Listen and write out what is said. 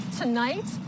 tonight